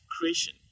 creation